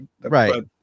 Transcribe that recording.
right